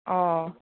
অ